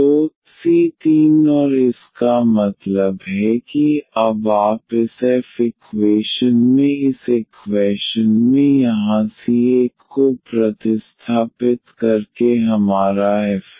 तो c3 और इसका मतलब है कि अब आप इस f इक्वेशन में इस इक्वैशन में यहाँ c1 को प्रतिस्थापित करके हमारा f है